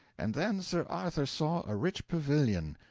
and then sir arthur saw a rich pavilion.